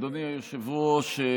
אדוני היושב-ראש,